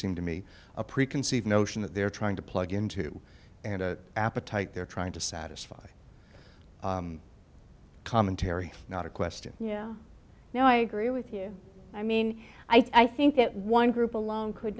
seem to me a preconceived notion that they're trying to plug into and appetite they're trying to satisfy commentary not a question you know now i agree with you i mean i think that one group alone could